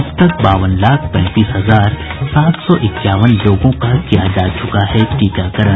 अब तक बावन लाख पैंतीस हजार सात सौ इक्यावन लोगों का किया जा चुका है टीकाकरण